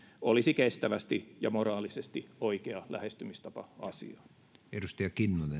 olisi kestävästi ja moraalisesti oikea lähestymistapa asiaan